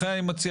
לכן אני מציע,